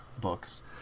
books